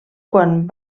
quan